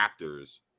Raptors